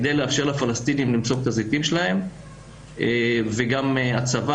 כדי לאפשר לפלסטינים למסוק את הזיתים שלהם וגם הצבא